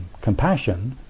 compassion